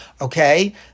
Okay